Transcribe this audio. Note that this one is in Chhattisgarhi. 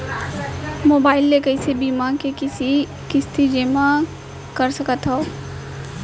मोबाइल ले कइसे बीमा के किस्ती जेमा कर सकथव?